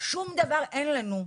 שום דבר אין לנו.